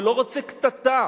ולא רוצה קטטה,